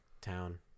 town